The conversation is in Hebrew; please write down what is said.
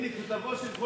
הנה מכתבו של כבוד השר,